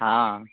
हँ